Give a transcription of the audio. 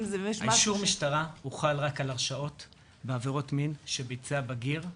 אישור משטרה חל רק על הרשעות בעבירות מין שביצע בגיר.